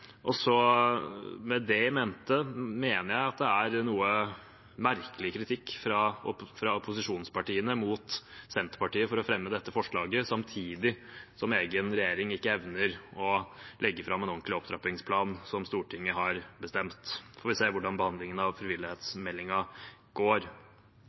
Med det i mente mener jeg det er en noe merkelig kritikk fra posisjonspartiene mot Senterpartiet for å fremme dette forslaget, samtidig som egen regjering ikke evner å legge fram en ordentlig opptrappingsplan, som Stortinget har bestemt. Vi får se hvordan behandlingen av frivillighetsmeldingen går.